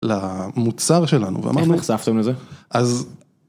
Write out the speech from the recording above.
למוצר שלנו ואנחנו איך נחשפתם לזה? אז.